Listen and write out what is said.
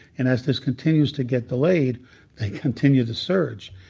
and as this continues to get delayed they continue to surge,